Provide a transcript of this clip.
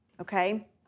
okay